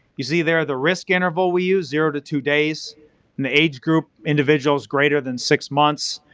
you see there the risk interval we used, zero to two days, and the age group, individuals greater than six months.